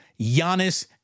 Giannis